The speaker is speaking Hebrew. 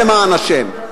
אחריכם, למען השם?